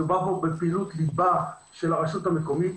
מדובר פה בפעילות של הרשות המקומית.